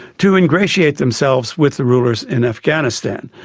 to ingratiate themselves with the rulers in afghanistan.